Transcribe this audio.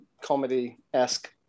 comedy-esque